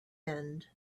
end